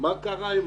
מה קרה עם